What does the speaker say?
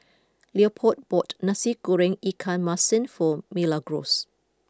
Leopold bought Nasi Goreng Ikan Masin for Milagros